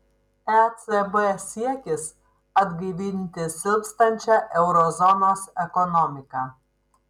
ecb siekis atgaivinti silpstančią euro zonos ekonomiką